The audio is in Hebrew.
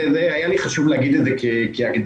היה לי חשוב להגיד את זה כהקדמה.